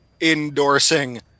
endorsing